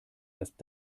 erst